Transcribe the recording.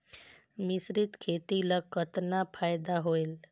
मिश्रीत खेती ल कतना फायदा होयल?